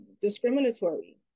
discriminatory